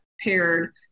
paired